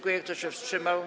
Kto się wstrzymał?